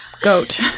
Goat